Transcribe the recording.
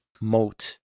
moat